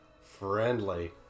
friendly